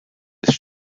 des